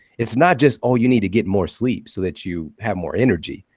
it's not just, oh, you need to get more sleep so that you have more energy.